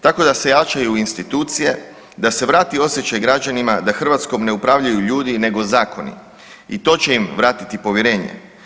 Tako da se jačaju institucije, da se vrati osjećaj građanima da Hrvatskom ne upravljaju ljudi nego zakoni i to će im vratiti povjerenje.